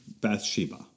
Bathsheba